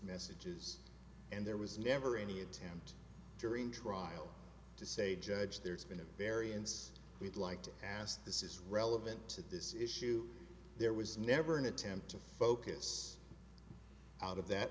messages and there was never any attempt during trial to say judge there's been a variance we'd like to ask this is relevant to this issue there was never an attempt to focus out of that